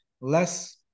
less